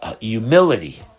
humility